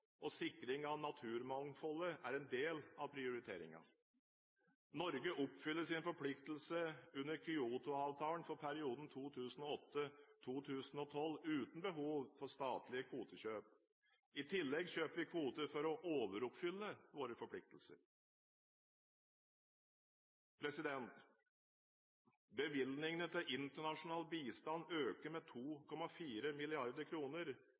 og sikring av naturmangfoldet er en del av prioriteringene. Norge oppfyller sin forpliktelse under Kyoto-avtalen for perioden 2008–2012 uten behov for statlige kvotekjøp. I tillegg kjøper vi kvoter for å overoppfylle våre forpliktelser. Bevilgningene til internasjonal bistand øker med